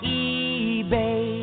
eBay